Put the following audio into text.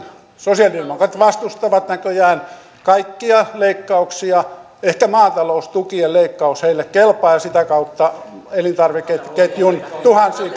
sosialidemokraatit vastustavat näköjään kaikkia leikkauksia ehkä maataloustukien leikkaus heille kelpaa ja sitä kautta elintarvikeketjun tuhansien